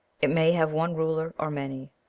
it may have one ruler or many.